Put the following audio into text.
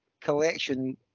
Collection